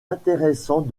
intéressant